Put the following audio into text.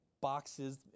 boxes